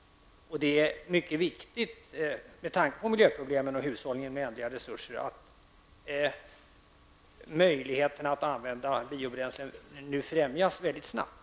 Det är med tanke på miljöproblemen och hushållen med ändliga resurser mycket viktigt att möjligheterna att använda biobränslen nu främjas mycket snabbt.